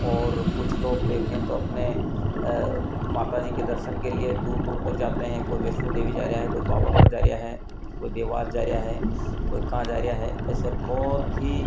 ओर कुछ लोग देखें तो अपने माता जी के दर्शन के लिए दूर दूर तक जाते हैं कोई वैष्णों देवी जा रहा है कोई पावागढ़ जा रहा है कोई देवास जा रहा है कोई कहाँ जा रहा है ऐसे बहुत ही